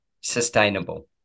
sustainable